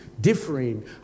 differing